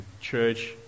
church